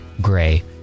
Gray